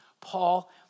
Paul